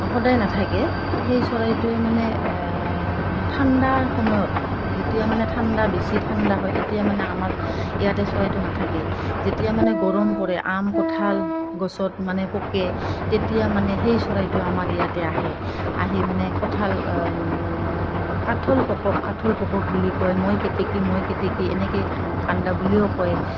সদায় নাথাকে সেই চৰাইটোৱে মানে ঠাণ্ডাৰ সময়ত যেতিয়া মানে ঠাণ্ডা বেছি ঠাণ্ডা হয় তেতিয়া মানে আমাৰ ইয়াতে চৰাইটো নাথাকে যেতিয়া মানে গৰম পৰে আম কঁঠাল গছত মানে পকে তেতিয়া মানে সেই চৰাইটো আমাৰ ইয়াতে আহে আহি মানে কঁঠাল কঁঠাল পকক কঁঠাল পকক বুলি কয় মই কেতেকী মই কেতেকী এনেকৈ কান্দা বুলিও কয়